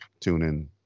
TuneIn